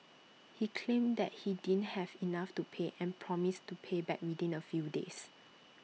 he claimed that he didn't have enough to pay and promised to pay back within A few days